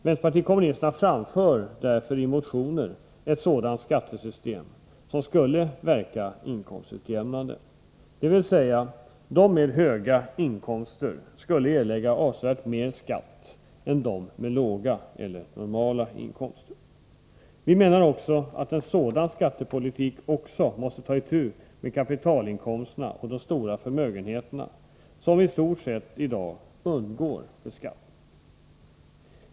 Vänsterpartiet kommunisterna föreslår därför i motioner ett sådant skattesystem som skulle verka inkomstutjämnande, dvs. de som har höga inkomster skulle erlägga avsevärt högre skatt än de som har låga eller normala inkomster. Vi menar att en sådan skattepolitik också måste ta itu med kapitalinkomsterna och de stora förmögenheterna, som i dag i stort sett undgår beskattning.